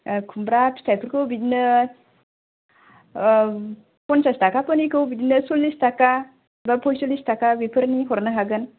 खुमब्रा फिथाय फोरखौ बिदिनो फनसास थाखा फोरनिखौ बिदिनो सललिसथाखा बा फयस'लिस थाखा बिफोरनि हरनो हागोन